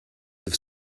have